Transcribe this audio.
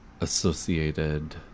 associated